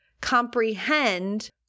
comprehend